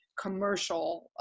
commercial